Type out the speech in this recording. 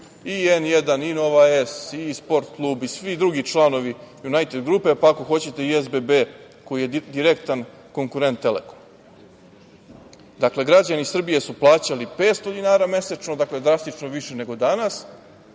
i N1 i Nova S i Sport klub i svi drugi članovi „Junajted grupe“, pa ako hoćete i SBB, koji je direktan konkurent „Telekomu“.Dakle, građani Srbije su plaćali 500 dinara mesečno, dakle, drastično više nego danas,